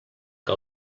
que